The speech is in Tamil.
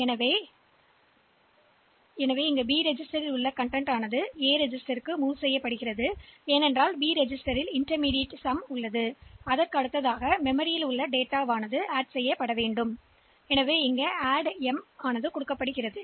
எனவே நாங்கள் முதலில் இந்த பி பதிவு உள்ளடக்கத்தை ஒரு பதிவேட்டில் நகர்த்தினோம் ஏனெனில் பி இன்டர்மீடியட் தொகையை வைத்திருப்பதால் அது பதிவேட்டில் நகர்த்தப்பட்டு பின்னர் எம்முடன் கூட்டப்படுகிறது